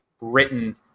written